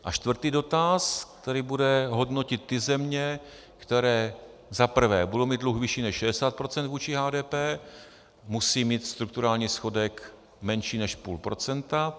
A čtvrtý dotaz, který bude hodnotit ty země, které za prvé budou mít dluh vyšší než 60 % vůči HDP, musí mít strukturální schodek menší než 0,5 %.